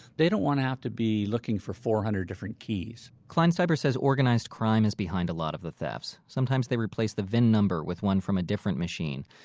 they don't want to have to be looking for four hundred different keys kleinsteiber says organized crime is behind a lot of the thefts. sometimes they replace the vin number with one from a different machine.